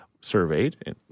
surveyed